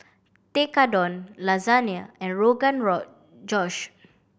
Tekkadon Lasagne and Rogan Josh